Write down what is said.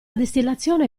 distillazione